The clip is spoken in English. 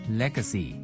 legacy